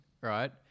Right